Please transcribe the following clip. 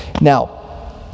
Now